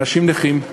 אנשים נכים,